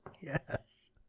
Yes